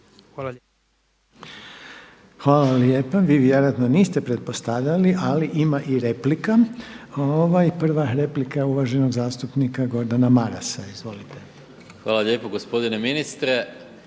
Hvala vam lijepa. Vi vjerojatno niste pretpostavljali ali ima i replika. Prva replika je uvaženog zastupnika Gordana Marasa. Izvolite. **Maras, Gordan (SDP)** Hvala lijepo gospodine ministre.